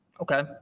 okay